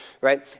right